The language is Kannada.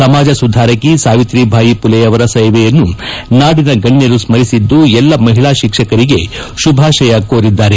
ಸಮಾಜ ಸುಧಾರಕಿ ಸಾವಿತ್ರಿಬಾಯಿ ಪುಲೆಯವರ ಸೇವೆಯನ್ನು ನಾಡಿನ ಗಣ್ಯರು ಸ್ಮರಿಸಿದ್ದು ಎಲ್ಲ ಮಹಿಳಾ ಶಿಕ್ಷಕರಿಗೆ ಶುಭಾಶಯ ಕೋರಿದ್ದಾರೆ